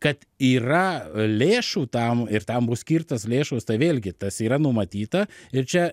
kad yra lėšų tam ir tam bus skirtos lėšos tai vėlgi tas yra numatyta ir čia